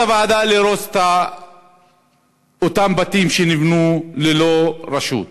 הוועדה להרוס את אותם בתים שנבנו ללא רשות.